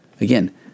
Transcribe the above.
Again